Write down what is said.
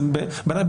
בעיניי,